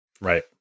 Right